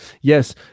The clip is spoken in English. yes